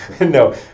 No